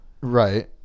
Right